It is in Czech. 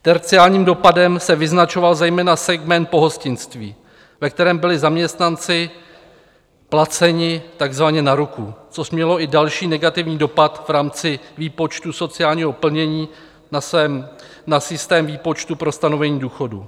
Terciárním dopadem se vyznačoval zejména segment pohostinství, ve kterém byli zaměstnanci placeni takzvaně na ruku, což mělo i další negativní dopad v rámci výpočtu sociálního plnění na systém výpočtu pro stanovení důchodu.